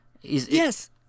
Yes